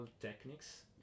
techniques